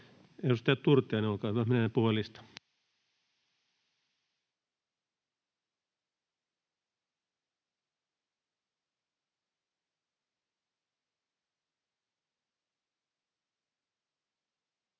Edustaja Turtiainen, olkaa hyvä. Mennään puhujalistaan.